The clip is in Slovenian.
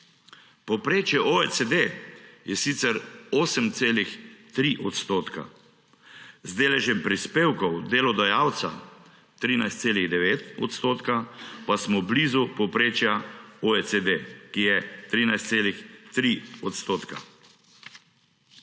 Povprečje OECD je sicer 8,3 odstotka, z deležem prispevkov delodajalca 13,9 odstotka pa smo blizu povprečja OECD, ki je 13,3 odstotka.